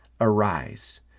arise